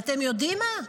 ואתם יודעים מה?